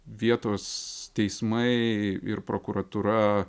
vietos teismai ir prokuratūra